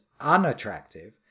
unattractive